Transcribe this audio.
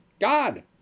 God